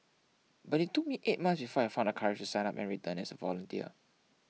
but it took me eight months before I found the courage to sign up and return as a volunteer